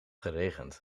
geregend